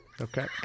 Okay